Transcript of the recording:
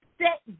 Set